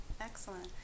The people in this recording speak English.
excellent